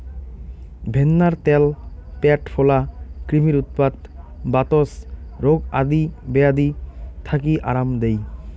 ভেন্নার ত্যাল প্যাট ফোলা, ক্রিমির উৎপাত, বাতজ রোগ আদি বেয়াধি থাকি আরাম দেই